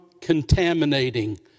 contaminating